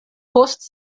post